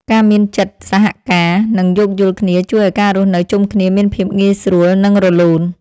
ការមានចិត្តសហការ និងយោគយល់គ្នាជួយឱ្យការរស់នៅជុំគ្នាមានភាពងាយស្រួល និងរលូន។